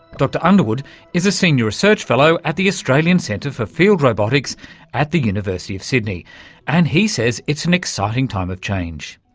dr underwood is a senior research fellow at the australian centre for field robotics at the university of sydney and he says it's an exciting time of change.